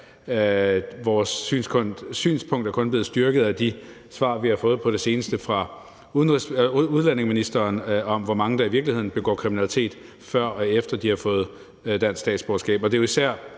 Vores synspunkt er kun blevet styrket af de svar, vi har fået på det seneste af udlændingeministeren om, hvor mange der i virkeligheden begår kriminalitet, før eller efter de har fået dansk statsborgerskab.